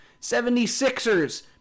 76ers